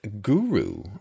guru